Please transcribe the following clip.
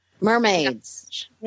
mermaids